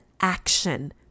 action